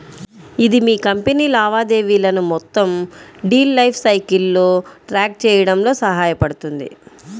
ఇది మీ కంపెనీ లావాదేవీలను మొత్తం డీల్ లైఫ్ సైకిల్లో ట్రాక్ చేయడంలో సహాయపడుతుంది